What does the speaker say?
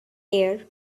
air